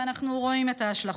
ואנחנו רואים את ההשלכות.